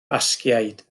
basgiaid